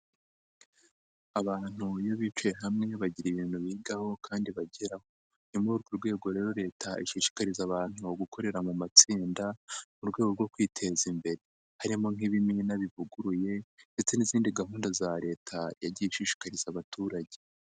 Abantu iyo bicaye hamwe bagira ibintu bigaho kandi bageraho ni muri urwo rwego rero leta ishishikariza abantu gukorera mu matsinda mu rwego rwo kwiteza imbere harimo nk'ibimina bivuguruye ndetse n'izindi gahunda za leta yagiye ishishikariza abaturage.